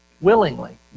Willingly